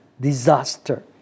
disaster